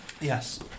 Yes